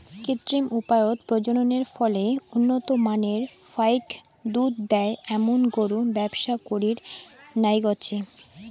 কৃত্রিম উপায়ত প্রজননের ফলে উন্নত মানের ফাইক দুধ দেয় এ্যামুন গরুর ব্যবসা করির নাইগচে